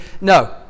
No